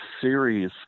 series